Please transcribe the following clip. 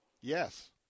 Yes